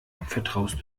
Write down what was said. vertraust